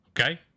Okay